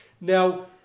Now